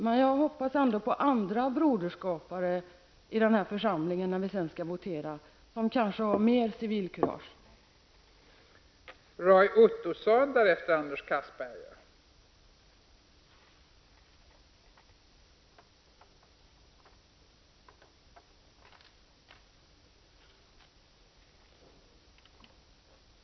Men jag hoppas ändå på andra broderskapare i den här församlingen, som kanske har med civilkurage när vi skall votera.